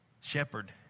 Shepherd